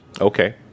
Okay